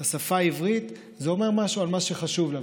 את השפה העברית, זה אומר משהו על מה שחשוב לה.